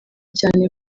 cyane